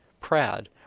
proud